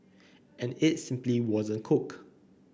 and it simply wasn't cook